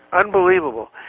Unbelievable